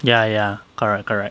ya ya correct correct